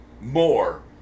more